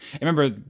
remember